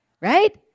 Right